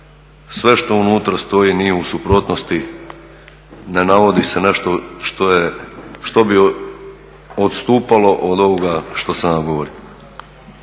sve što unutra stoji nije u suprotnosti, ne navodi se nešto što je, što bi odstupalo od ovoga što sam vam govorio.